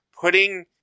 putting